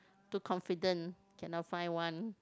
too confident cannot find one